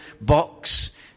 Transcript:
box